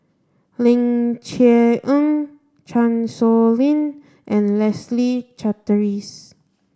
Ling Cher Eng Chan Sow Lin and Leslie Charteris